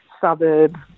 suburb